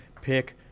pick